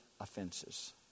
offenses